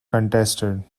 contested